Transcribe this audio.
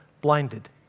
blinded